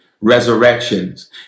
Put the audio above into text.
resurrections